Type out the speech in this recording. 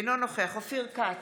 אינו נוכח אופיר כץ,